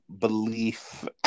belief